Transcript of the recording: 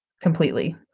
completely